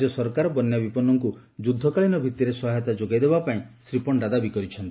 ରାଜ୍ୟ ସରକାର ବନ୍ୟାବିପନ୍ନଙ୍କୁ ଯୁଦ୍ଧକାଳୀନ ଭିତିରେ ସହାୟତା ଯୋଗାଇ ଦେବାପାଇଁ ଶ୍ରୀ ପଣ୍ତା ଦାବି କରିଛନ୍ତି